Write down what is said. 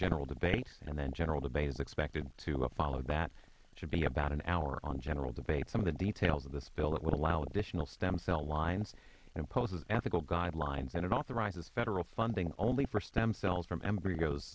general debate and then general debate is expected to follow that it should be about an hour on general debate some of the details of this bill that would allow additional stem cell lines and imposes ethical guidelines that authorizes federal funding only for stem cells from embryos